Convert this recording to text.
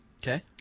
Okay